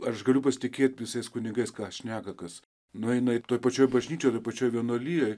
aš galiu pasitikėt visais kunigais ką šneka kas nueina toj pačioj bažnyčioj toj pačioj vienuolijoj